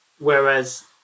whereas